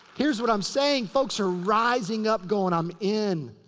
here's what i'm saying. folks are rising up. going, i'm in.